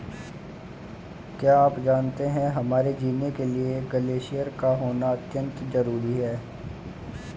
क्या आप जानते है हमारे जीने के लिए ग्लेश्यिर का होना अत्यंत ज़रूरी है?